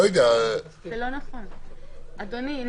אדוני, זה לא נכון.